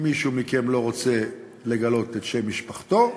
אם מישהו מכם לא רוצה לגלות את שם משפחתו,